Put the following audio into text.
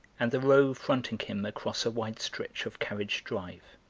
and the row fronting him across a wide stretch of carriage drive.